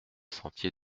sentier